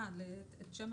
רשום